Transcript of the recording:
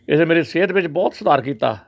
ਇਹਨੇ ਮੇਰੇ ਸਿਹਤ ਵਿੱਚ ਬਹੁਤ ਸੁਧਾਰ ਕੀਤਾ